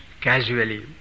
casually